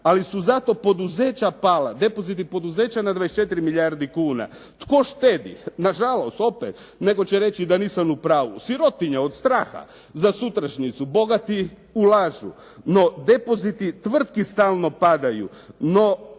Ali su zato poduzeća pala. Depoziti poduzeća na 24 milijardi kuna. Tko štedi? Na žalost, opet, netko će reći da nisam u pravu, sirotinja od straha za sutrašnjicu. Bogati ulažu. No depoziti tvrtki stalno padaju. No,